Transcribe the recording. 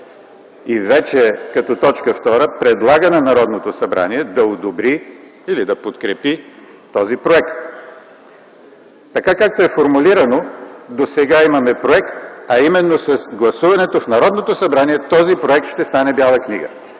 И вече като т. 2 – предлага на Народното събрание да одобри или да подкрепи този проект. Така както е формулирано – досега имаме проект, а именно с гласуването в Народното събрание този проект ще стане Бяла книга.